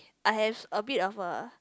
I have a bit of a